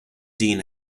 dean